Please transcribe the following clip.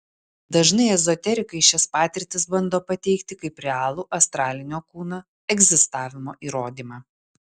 dažnai ezoterikai šias patirtis bando pateikti kaip realų astralinio kūno egzistavimo įrodymą